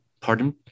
pardon